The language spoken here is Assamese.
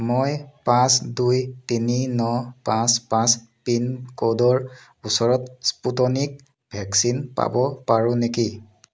মই পাঁচ দুই তিনি ন পাঁচ পাঁচ পিনক'ডৰ ওচৰত স্পুটনিক ভেকচিন পাব পাৰোঁ নেকি